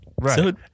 right